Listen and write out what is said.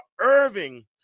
Irving